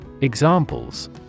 Examples